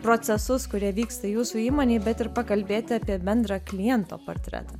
procesus kurie vyksta jūsų įmonėj bet ir pakalbėti apie bendrą kliento portretą